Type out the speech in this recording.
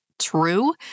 true